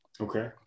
Okay